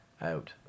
out